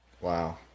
Wow